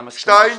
שניים,